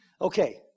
Okay